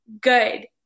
good